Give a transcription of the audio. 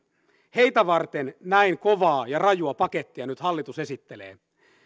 heitä varten näin kovaa ja rajua pakettia hallitus nyt esittelee